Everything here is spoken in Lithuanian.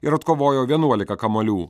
ir atkovojo vienuolika kamuolių